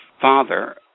Father